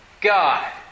God